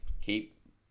keep